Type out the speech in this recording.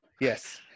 yes